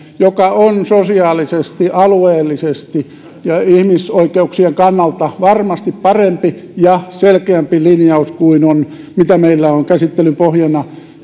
joka on sosiaalisesti alueellisesti ja ihmisoikeuksien kannalta varmasti parempi ja selkeämpi linjaus kuin mitä meillä on käsittelyn pohjana